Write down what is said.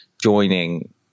joining